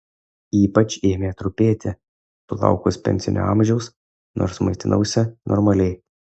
ypač ėmė trupėti sulaukus pensinio amžiaus nors maitinausi normaliai